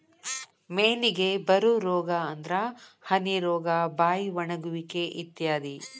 ಮೇನಿಗೆ ಬರು ರೋಗಾ ಅಂದ್ರ ಹನಿ ರೋಗಾ, ಬಾಯಿ ಒಣಗುವಿಕೆ ಇತ್ಯಾದಿ